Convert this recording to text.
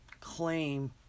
claim